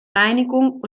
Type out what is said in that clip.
reinigung